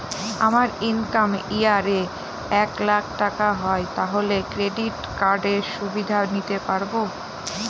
আমার income year এ এক লাক টাকা হয় তাহলে ক্রেডিট কার্ড এর সুবিধা নিতে পারবো?